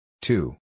two